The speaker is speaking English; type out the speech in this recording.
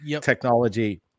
technology